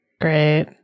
Great